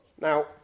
Now